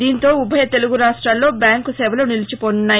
దీంతో ఉభయ తెలుగు రాష్టాల్లో బ్యాంకు సేవలు నిరిచిపోనున్నాయి